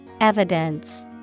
Evidence